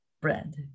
Brand